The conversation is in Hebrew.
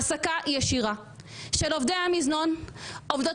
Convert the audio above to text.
העסקה ישירה של עובדי המזנון ועובדות